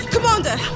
Commander